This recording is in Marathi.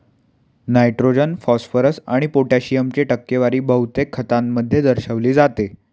नायट्रोजन, फॉस्फरस आणि पोटॅशियमची टक्केवारी बहुतेक खतांमध्ये दर्शविली जाते